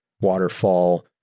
waterfall